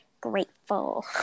grateful